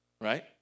Right